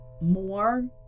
more